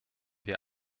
wir